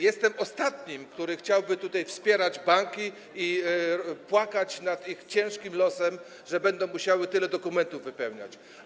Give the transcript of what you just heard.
Jestem ostatnią osobą, która chciałaby wspierać banki i płakać nad ich ciężkim losem, że będą musiały tyle dokumentów wypełniać.